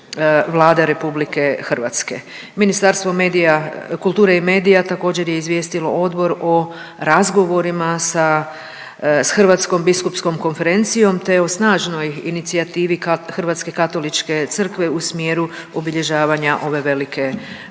Vlada Republike Hrvatske. Ministarstvo medija, kulture i medija također je izvijestilo odbor o razgovorima sa Hrvatskom biskupskom konferencijom, te o snažnoj inicijativi hrvatske katoličke crkve u smjeru obilježavanja ove velike obljetnice.